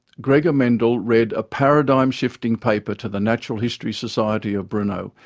gregor mendel read a paradigm-shifting paper to the natural history society of brno,